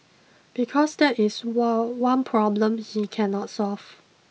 because that is the what one problem he cannot solve